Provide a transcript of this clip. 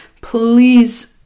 please